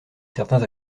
certains